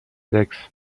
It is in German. sechs